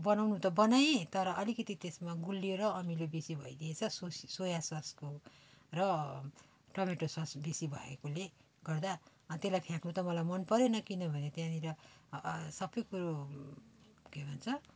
बनाउनु त बनाएँ तर अलिकति त्यसमा गुलियो र अमिलो बेसी भइदिएछ सोया ससको र टोमेटो सस बेसी भएकाले गर्दा त्यसलाई फ्याँक्नु त मलाई मन परेन किनभने त्यहाँनेर सबै कुरो के भन्छ